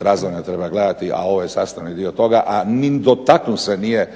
Razvoj ne treba gledati, a ovo je sastavni dio toga a ni dotaknuo se nije